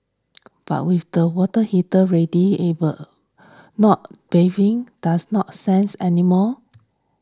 but with the water heater readily ever not bathing does not sense anymore